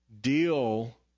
deal